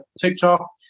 TikTok